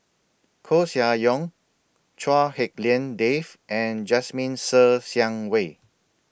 Koeh Sia Yong Chua Hak Lien Dave and Jasmine Ser Xiang Wei